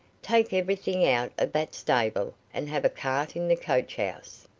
take everything out of that stable, and have a cart in the coach-house.